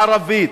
הערבית,